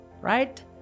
Right